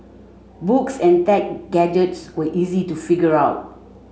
books and tech gadgets were easy to figure out